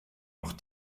noch